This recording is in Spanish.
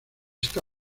está